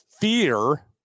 fear